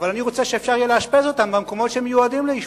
אבל אני רוצה שאפשר יהיה לאשפז אותם במקומות שהם מיועדים לאשפוז.